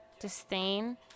disdain